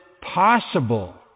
possible